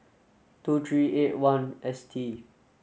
two three eight one S T